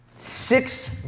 Six